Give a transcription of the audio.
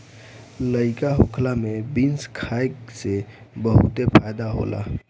लइका होखला में बीन्स खाए से बहुते फायदा होला